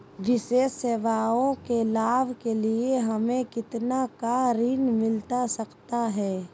विशेष सेवाओं के लाभ के लिए हमें कितना का ऋण मिलता सकता है?